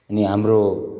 अनि हाम्रो